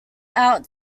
out